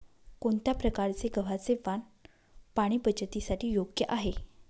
कोणत्या प्रकारचे गव्हाचे वाण पाणी बचतीसाठी योग्य आहे?